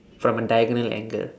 from a diagonal angle